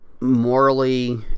morally